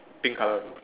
pink color